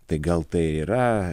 tai gal tai yra